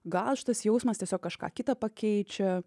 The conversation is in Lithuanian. gal šitas jausmas tiesiog kažką kitą pakeičia